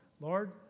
Lord